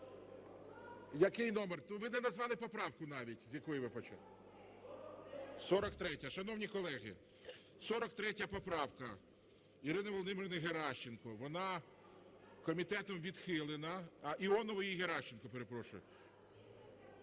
Який номер? Ви не назвали поправку навіть, з якої ви почали. 43-я. Шановні колеги, 43 поправка Ірини Володимирівни Геращенко. Вона комітетом відхилена. Іонової і Геращенко, перепрошую.